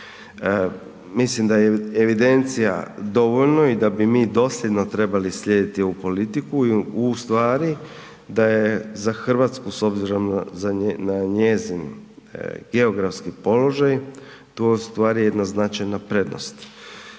Mislim da je evidencija dovoljno i da bi mi dosljedno trebali slijediti ovu politiku, u stvari da je za Hrvatsku s obzirom na njezin geografski položaj to u stvari jedna značajna prednost.